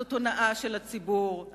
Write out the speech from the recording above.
זאת הונאה של הציבור.